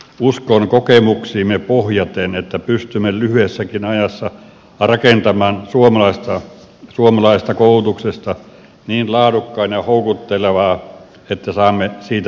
uskon kokemuksiimme pohjaten että pystymme lyhyessäkin ajassa rakentamaan suomalaisesta koulutuksesta niin laadukkaan ja houkuttelevan että saamme siitä vientituotteen